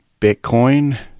Bitcoin